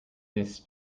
this